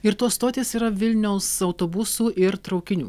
ir tos stotis yra vilniaus autobusų ir traukinių